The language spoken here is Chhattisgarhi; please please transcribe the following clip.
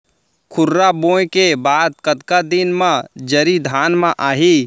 खुर्रा बोए के बाद कतका दिन म जरी धान म आही?